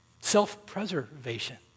self-preservation